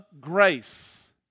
grace